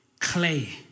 clay